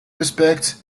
respects